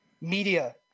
media